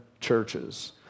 churches